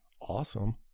awesome